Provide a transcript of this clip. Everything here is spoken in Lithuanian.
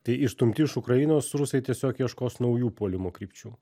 tai išstumti iš ukrainos rusai tiesiog ieškos naujų puolimo krypčių